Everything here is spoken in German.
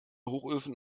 hochöfen